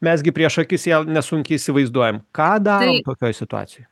mes gi prieš akis ją nesunkiai įsivaizduojam ką darom tokioj situacijoj